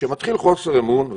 כשמתחיל חוסר אמון,